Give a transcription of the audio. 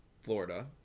Florida